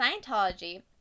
Scientology